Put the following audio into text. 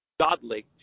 godly